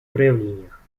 проявлениях